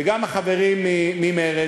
וגם החברים ממרצ,